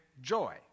joy